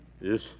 Yes